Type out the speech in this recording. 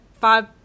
five